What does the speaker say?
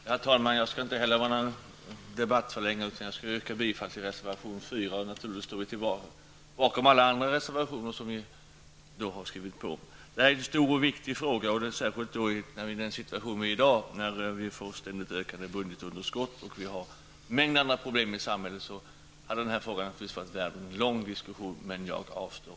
Herr talman! Inte heller jag skall förlänga debatten, utan jag vill bara yrka bifall till reservation 4. Naturligtvis står vi bakom alla andra reservationer som vi har fogat till betänkandet. Detta är en stor och viktig fråga, särskilt med tanke på den situation vi befinner oss i i dag, med ständigt ökande budgetunderskott och en mängd andra problem i samhället. Frågan hade därför varit värd en lång diskussion, men jag avstår.